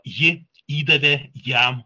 ji įdavė jam